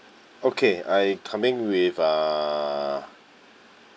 okay I coming with uh